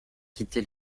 quitté